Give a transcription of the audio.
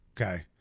Okay